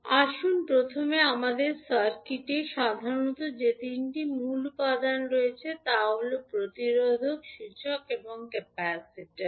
আসুন প্রথমে আমাদের সার্কিটে সাধারণত যে তিনটি মূল উপাদান রয়েছে তা হল প্রতিরোধক সূচক এবং ক্যাপাসিটার